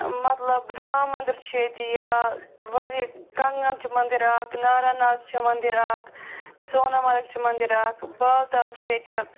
مطلب رام مندر چھُ ییٚتہِ یا وارِیاہ کنٛگن چھُ مندِراکھ ناراناگ چھُ مندِر اکھ سونامرگ چھِ مندِر اکھ بال تل چھِ ییٚتہِ